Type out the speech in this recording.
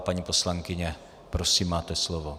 Paní poslankyně, prosím, máte slovo.